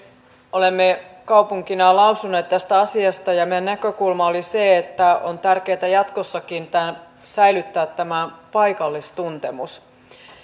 olemme kaupunkina lausuneet tästä asiasta ja meidän näkökulmamme oli se että on tärkeätä jatkossakin säilyttää tämä paikallistuntemus